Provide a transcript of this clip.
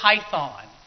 python